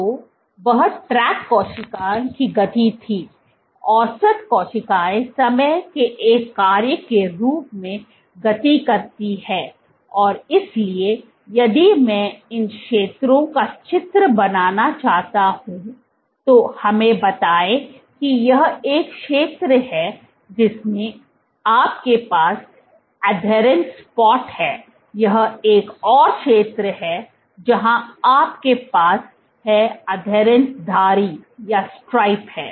तो वह ट्रैक कोशिका की गति थी औसत कोशिकाएं समय के एक कार्य के रूप में गति करती हैं और इसलिए यदि मैं इन क्षेत्रों का चित्र बनाना चाहता हूं तो हमें बताएं कि यह एक क्षेत्र है जिसमें आपके पास एकअधेरेंस स्पोट है यह एक और क्षेत्र है जहां आपके पास है अधेरेंस धारी है